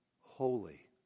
holy